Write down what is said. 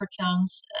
Chance